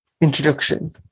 Introduction